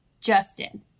Justin